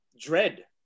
Dread